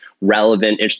relevant